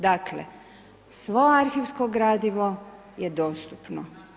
Dakle, svo arhivsko gradivo je dostupno.